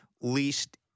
least